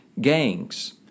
gangs